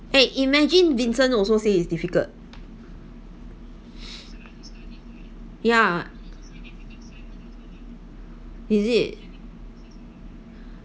imagine vincent also say it's difficult yeah is it